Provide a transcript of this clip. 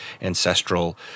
ancestral